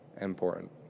important